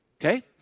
Okay